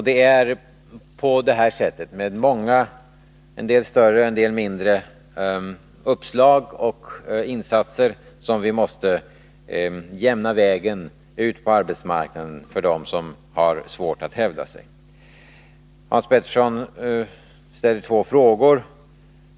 Det är med sådana mindre och större insatser som vi måste jämna vägen ut på arbetsmarknaden för dem som har svårt att hävda sig. Hans Petersson i Hallstahammar ställde två frågor.